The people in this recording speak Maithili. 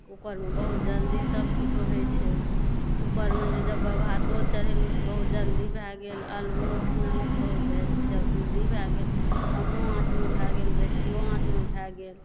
कूकरमे बहुत जल्दी सब किछो होइ छै कूकरमे जे भातो चढ़ेलहुॅं तऽ बहुत जल्दी भय गेल अल्लू ओ उसनलहुँ बहुत जल्दी भय गेल कमो आँच मे भऽ गेल बेशियो आँच मे भऽ गेल